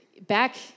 back